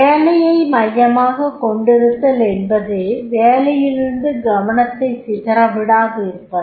வேலையை மையமாகக் கொண்டிருத்தல் என்பது வேலையிலிருந்து கவனத்தை சிதறவிடாது இருப்பது